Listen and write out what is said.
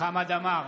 חמד עמאר,